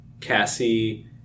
cassie